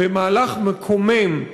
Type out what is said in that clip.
במהלך מקומם,